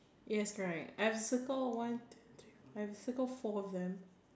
yes correct I've circled one two three four I've circled four of them